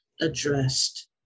addressed